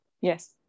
Yes